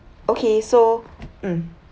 okay so mm